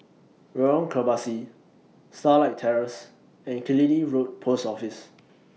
Lorong Kebasi Starlight Terrace and Killiney Road Post Office